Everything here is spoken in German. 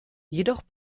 jedoch